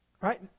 Right